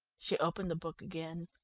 she opened the book again.